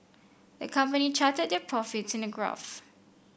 the company charted their profits in a graph